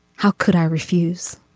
how could i refuse.